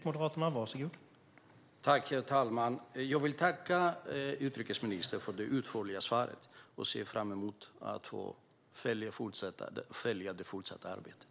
Herr talman! Jag till tacka utrikesministern för det utförliga svaret och ser fram emot att följa det fortsatta arbetet.